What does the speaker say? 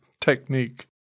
technique